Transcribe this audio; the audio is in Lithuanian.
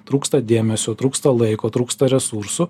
trūksta dėmesio trūksta laiko trūksta resursų